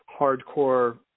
hardcore